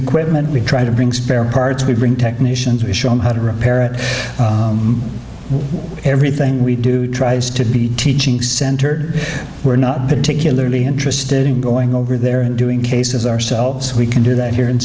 equipment we try to bring spare parts we bring technicians we show them how to repair it everything we do tries to be teaching center we're not particularly interested in going over there and doing cases ourselves we can do that here in